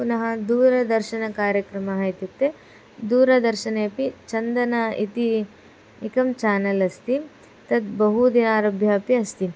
पुनः दूरदर्शनकार्यक्रमः इत्युक्ते दूरदर्शने अपि चन्दन इति एकं चानल् अस्ति तत् बहुदिनारभ्य अपि अस्ति